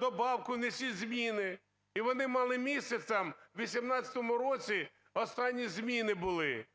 добавку, внесіть зміни. І вони мали місце там, в 18-му році останні зміни були.